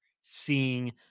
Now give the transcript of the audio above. seeing